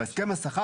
בהסכם השכר,